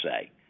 say